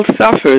suffers